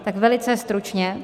Tak velice stručně.